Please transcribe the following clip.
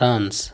France